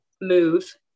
Move